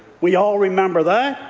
we all remember that.